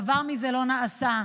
דבר מזה לא נעשה,